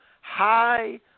high